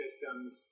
systems